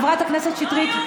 חברת הכנסת שטרית,